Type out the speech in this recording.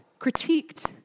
critiqued